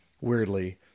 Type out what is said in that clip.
weirdly